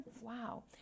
Wow